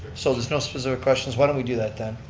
so there's no specific questions, why don't we do that then?